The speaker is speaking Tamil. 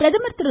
பிரதமர் திரு